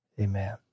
Amen